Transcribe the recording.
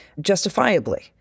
justifiably